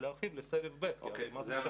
תודה.